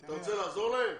אתה רוצה לעזור להם?